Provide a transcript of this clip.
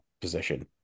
position